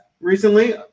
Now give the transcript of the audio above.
recently